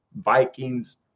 Vikings